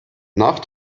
nach